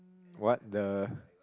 what the